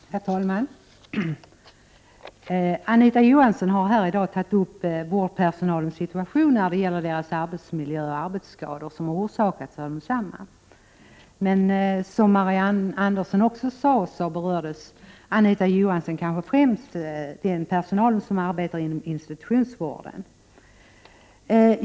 Herr talman! Anita Johansson har här i dag tagit upp vårdpersonalens situation när det gäller arbetsmiljön och de arbetsskador som orsakas av densamma. Men som Marianne Andersson också sade, berörde Anita Johansson främst den personal som arbetar inom institutionsvården.